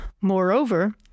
Moreover